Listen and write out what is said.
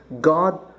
God